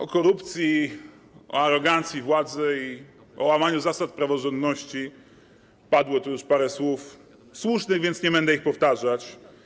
O korupcji, o arogancji władzy i o łamaniu zasad praworządności padło tu już parę słów, słusznych, więc nie będę ich powtarzać.